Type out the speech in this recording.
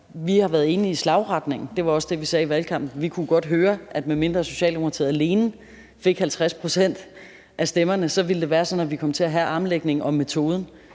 Vi har været enige i retningen. Det var også det, vi sagde i valgkampen. Vi kunne godt høre, at medmindre Socialdemokratiet alene fik 50 pct. af stemmerne, så ville det være sådan, at vi kom til at have en armlægning om metoden.